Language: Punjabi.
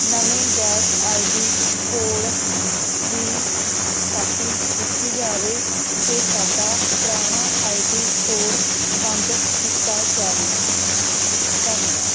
ਨਵੇਂ ਗੈਸ ਆਈਡੀ ਕੋਡ ਦੀ ਕਾਪੀ ਦਿੱਤੀ ਜਾਵੇ ਤੇ ਸਾਡਾ ਪੁਰਾਣਾ ਆਈਡੀ ਕੋਡ ਬੰਦ ਕੀਤਾ ਜਾਵੇ ਧੰਨਵਾਦ